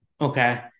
Okay